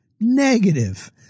negative